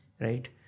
Right